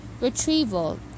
retrieval